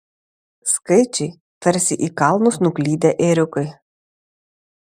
skaičiai tarsi į kalnus nuklydę ėriukai